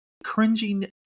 cringing